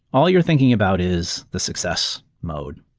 all you're thinking about is the success mode.